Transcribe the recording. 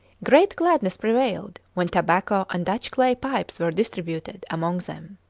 great gladness prevailed when tobacco and dutch clay pipes were distributed among them.